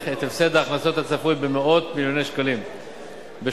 את הפסד ההכנסות הצפוי במאות מיליוני שקלים בשנה.